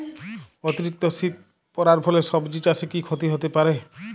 অতিরিক্ত শীত পরার ফলে সবজি চাষে কি ক্ষতি হতে পারে?